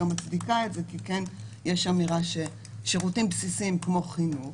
מצדיקה את זה כי כן יש אמירה שבשירותים בסיסיים כמו חינוך